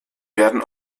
werden